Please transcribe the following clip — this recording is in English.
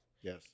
Yes